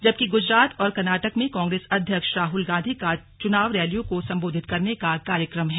जबकि गुजरात और कर्नाटक में कांग्रेस अध्यक्ष राहुल गांधी का चुनाव रैलियों को संबोधित करने का कार्यक्रम है